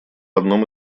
одном